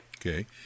Okay